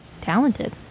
talented